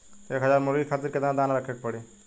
एक हज़ार मुर्गी खातिर केतना दाना रखे के पड़ी?